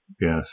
Yes